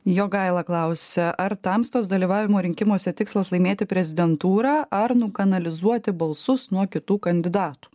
jogaila klausia ar tamstos dalyvavimo rinkimuose tikslas laimėti prezidentūrą ar nukanalizuoti balsus nuo kitų kandidatų